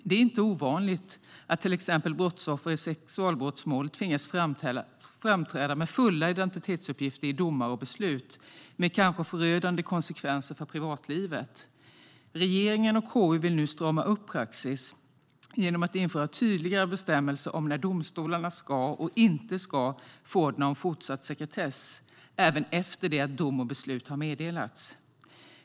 Det är inte ovanligt att till exempel brottsoffer i sexualbrottsmål tvingas framträda med fulla identitetsuppgifter i domar och beslut, med kanske förödande konsekvenser för privatlivet. Offentlighet och sekretess för uppgifter i domstolsavgöranden Regeringen och KU vill nu strama upp praxis genom att införa tydligare bestämmelser om när domstolarna ska och inte ska förordna om fortsatt sekretess även efter det att dom och beslut har meddelats.